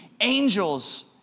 angels